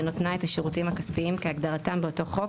בנותנה את השירותים הכספיים כהגדרתם באותו חוק,